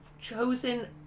chosen